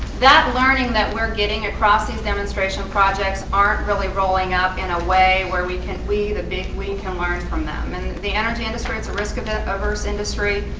that learning that we're getting across these demonstration projects aren't really rolling out in a way where we can we the big we can learn from them. and the energy industry, it's a risk averse industry.